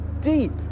deep